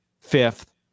fifth